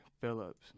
Phillips